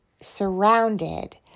surrounded